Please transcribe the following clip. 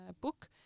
book